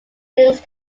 billings